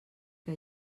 què